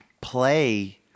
play